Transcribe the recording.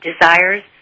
desires